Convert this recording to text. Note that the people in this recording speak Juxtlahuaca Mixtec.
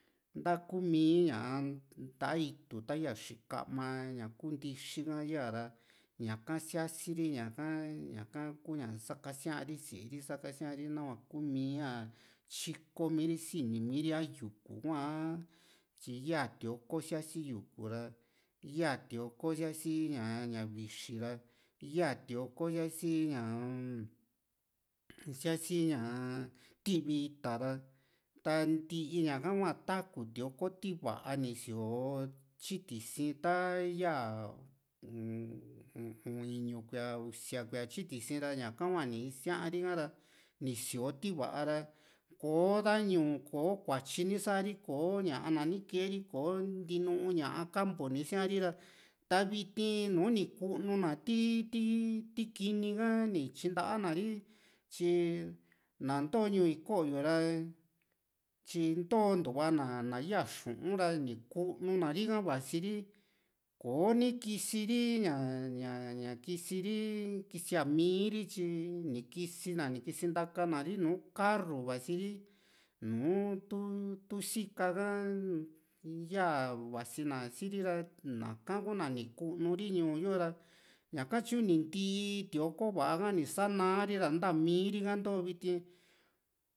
ntaku mii ñaa nta´a itu ta yaa xikama ña´a kuu ndixi ha ya´ra ñaka sia´si ri ña´ka ña´ka kuu ña sakasíari sée ri sakasíari nahua kuu mia tyiko mii´ri a sini mii´ri a yuku hua´a ya tioko sia´si yuku ra ya tioko sia´si ñá ña vixi ra yaa tioko sia´si ñaa-m sia´si ñaa tivi ita rataa ntiiña ka hua taku tioko ti va´a ni sio tyi tisi´n ta yaa u´un iñu kuíaa usia kuíaa tyi tisi´n ra ñaka hua ni isiari ha´ra ni sioo ti va´a ra kò´o daño kò´o kuatyi ni sari kò´o ña na´a ni kee ri kò´o ntii nu ñaa campo ni isía´ri ra ta viti nùù ni kunu na ti ti kini ha ni tyintaa na ri tyi na´a ntoo ñuu iko´yo ra tyi ntoontuva na ya xu´un ra ni kunu na ro´ka vasiri kò´o ni kisi ri ña ña kisi ri kisia mii´ri tyi ni kisina ni kisi natakana ri nùù karru vasi ri nùù tu tu sika ha yaa vasi na si´ri ra naka kuu na ni kunu ri ñuu yo´ra ñaka tyu ni ntii tioko va´a ha ni sa´na ri sa´nta mii´ri ha ntoo viti